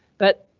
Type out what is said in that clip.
but.